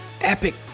epic